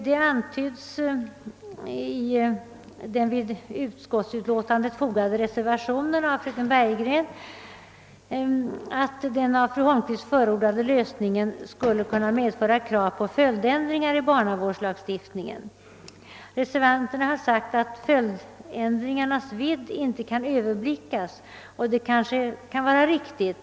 Det antyds i den vid utskottsutlåtandet fogade reservationen av fru Löfqvist och fröken Bergegren att den av fru Holmqvist förordade lösningen skulle kunna medföra krav på följdändringar i barnavårdslagstiftningen. Reservanterna anser att följdändringarnas vidd inte kan överblickas, och det kan måhända vara riktigt.